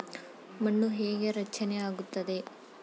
ಮಣ್ಣು ಹೇಗೆ ರಚನೆ ಆಗುತ್ತದೆ?